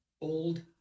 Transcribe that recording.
Old